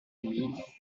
unis